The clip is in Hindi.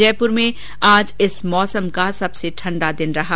जयपुर में आज इस मौसम का सबसे ठण्डा दिन रहा